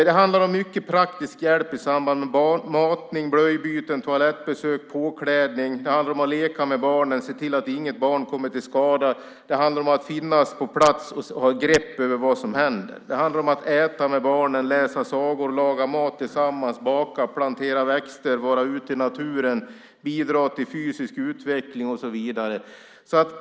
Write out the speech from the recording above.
Det handlar om mycket praktisk hjälp i samband med matning, blöjbyten, toalettbesök och påklädning. Det handlar om att leka med barnen, se till att inget barn kommer till skada, att finnas på plats och ha grepp över vad som händer. Det handlar om att äta med barnen, läsa sagor, laga mat tillsammans, baka, plantera växter, vara ute i naturen, bidra till fysisk utveckling och så vidare.